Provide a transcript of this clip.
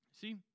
See